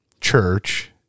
church